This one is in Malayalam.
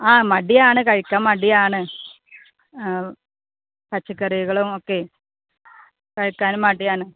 ആ മടിയാണ് കഴിക്കാൻ മടിയാണ് പച്ചക്കറികളും ഒക്കെ കഴിക്കാനും മടിയാണ്